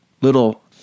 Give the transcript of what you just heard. little